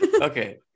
Okay